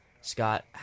Scott